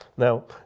Now